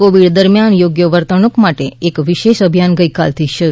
Covid દરમિયાન યોગ્ય વર્તણૂક માટે એક વિશેષ અભિયાન ગઇકાલથી શરૂ